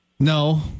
No